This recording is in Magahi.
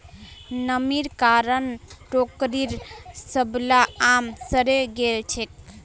नमीर कारण टोकरीर सबला आम सड़े गेल छेक